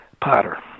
Potter